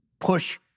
push